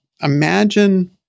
Imagine